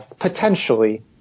potentially